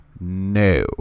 No